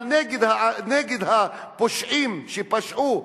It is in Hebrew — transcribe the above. אבל נגד הפושעים שפשעו,